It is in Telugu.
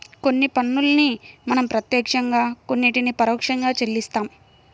కొన్ని పన్నుల్ని మనం ప్రత్యక్షంగా కొన్నిటిని పరోక్షంగా చెల్లిస్తాం